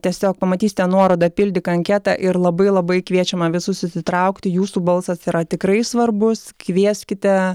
tiesiog pamatysite nuorodą pildyk anketą ir labai labai kviečiame visus įsitraukti jūsų balsas yra tikrai svarbus kvieskite